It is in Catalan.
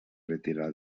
retirà